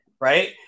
Right